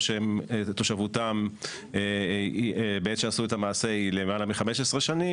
או שתושבותם בעת שעשו את המעשה היא למעלה מ-15 שנים,